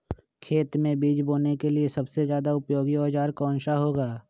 खेत मै बीज बोने के लिए सबसे ज्यादा उपयोगी औजार कौन सा होगा?